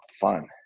fun